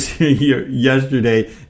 yesterday